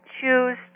choose